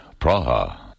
Praha